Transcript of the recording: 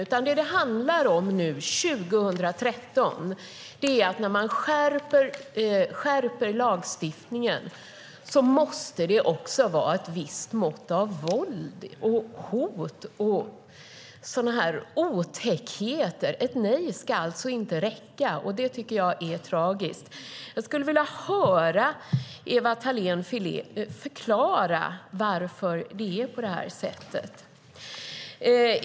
Det som det handlar om nu, 2013, när man skärper lagstiftningen är att det också måste vara ett visst mått av våld, hot och sådana otäckheter. Ett nej ska alltså inte räcka, och det tycker jag är tragiskt. Jag skulle vilja höra Ewa Thalén Finné förklara varför det är på detta sätt.